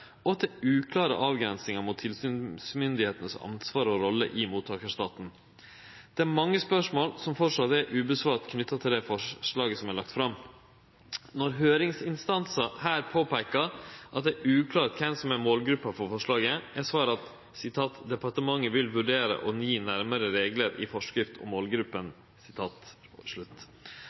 og at det er uklare avgrensingar mot tilsynsmyndigheitenes ansvar og rolle i mottakarstaten. Det er mange spørsmål som framleis er utan svar knytte til det forslaget som er lagt fram. Når høyringsinstansar her peikar på at det er uklart kven som er målgruppa for forslaget, er svaret: «Departementet vil vurdere å gi nærmere regler i forskrift om målgruppen